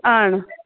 ആണ്